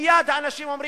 מייד האנשים אומרים: